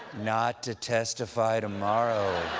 not to testify tomorrow.